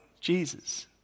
Jesus